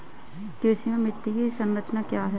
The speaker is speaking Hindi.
कृषि में मिट्टी की संरचना क्या है?